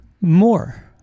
more